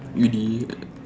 really